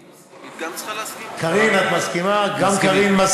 אני מסכים, גם היא צריכה להסכים?